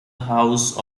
house